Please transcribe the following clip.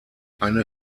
eine